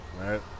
right